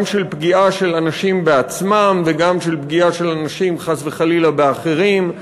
גם של פגיעה של אנשים בעצמם וגם של פגיעה של אנשים חס וחלילה באחרים,